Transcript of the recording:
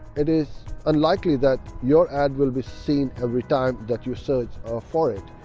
it is unlikely that your ad will be seen every time that you search ah for it.